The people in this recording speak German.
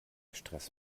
stress